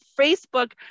Facebook